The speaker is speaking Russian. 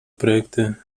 проекта